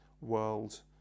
world